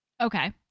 Okay